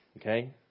Okay